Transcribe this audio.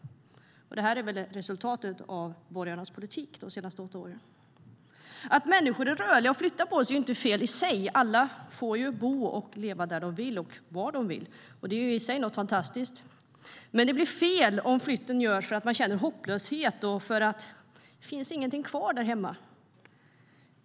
Det är resultatet av borgarnas politik de senaste åtta åren. Att människor är rörliga och flyttar på sig är inte fel i sig. Alla får bo och leva var de vill. Det är i sig fantastiskt. Men det blir fel om flytten görs därför att man känner hopplöshet och för att det inte finns något kvar hemma.